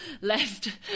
left